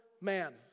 man